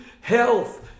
health